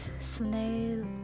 snail